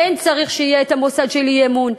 כן צריך שיהיה המוסד של אי-אמון,